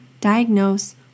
diagnose